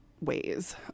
ways